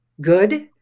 good